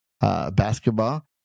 Basketball